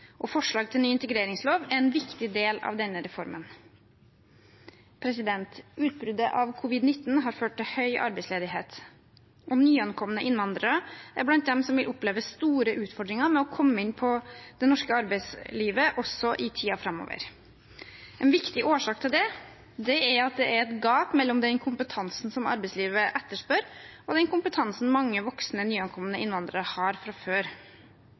integreringsreform. Forslag til ny integreringslov er en viktig del av denne reformen. Utbruddet av covid-19 har ført til høy arbeidsledighet, og nyankomne innvandrere er blant dem som vil oppleve store utfordringer med å komme inn i det norske arbeidslivet også i tiden framover. En viktig årsak til det er at det er et gap mellom den kompetansen arbeidslivet etterspør, og den kompetansen mange voksne nyankomne innvandrere har fra før.